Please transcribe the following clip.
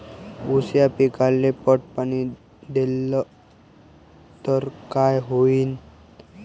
ऊस या पिकाले पट पाणी देल्ल तर काय होईन?